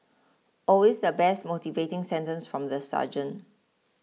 always the best motivating sentence from the sergeant